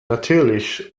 natürlich